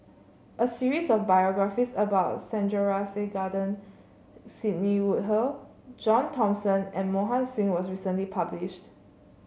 a series of biographies about Sandrasegaran Sidney Woodhull John Thomson and Mohan Singh was recently published